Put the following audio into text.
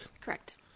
Correct